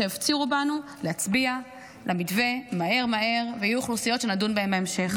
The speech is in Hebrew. שהפצירו בנו להצביע למתווה מהר מהר ושיהיו אוכלוסיות שנדון בהן בהמשך?